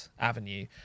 avenue